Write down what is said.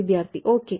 വിദ്യാർത്ഥി ഓക്കേ